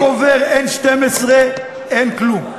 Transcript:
חוק עובר, אין 24:00. אין כלום.